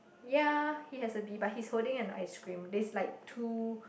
ya he has a bee but he's holding an ice cream there's like two